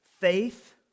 faith